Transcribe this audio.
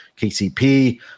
KCP